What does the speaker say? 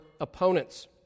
opponents